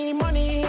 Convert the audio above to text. money